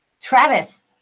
Travis